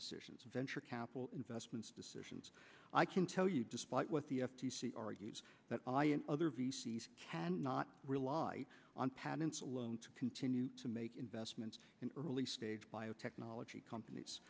decisions venture capital investment decisions i can tell you despite what the f t c argues that i and other v c s cannot rely on patents alone to continue to make investments in early stage biotechnology companies